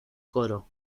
coro